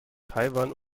taiwan